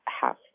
half